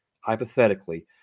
hypothetically